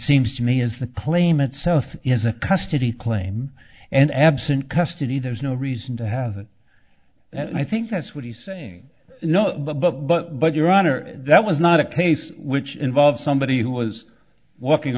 seems to me is the claim itself is a custody claim and absent custody there's no reason to have it and i think that's what he's saying no but but but your honor that was not a case which involved somebody who was walking